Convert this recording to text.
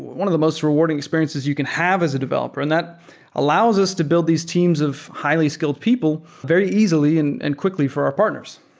one of the most rewarding experiences you can have as a developer, and that allows us to build these teams of highly skilled people very easily and and quickly for our partners.